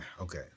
okay